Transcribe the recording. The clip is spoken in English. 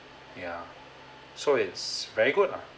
ya so it's very good lah